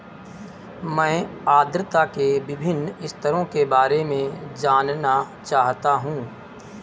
मैं आर्द्रता के विभिन्न स्तरों के बारे में जानना चाहता हूं